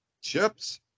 Chips